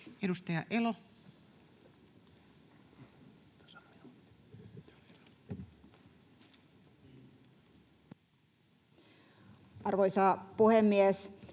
Edustaja Elo. Arvoisa puhemies!